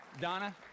Donna